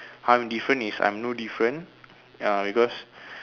how I am different is I'm no different ya because